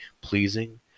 pleasing